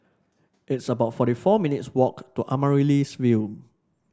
it's about forty four minutes' walk to Amaryllis Ville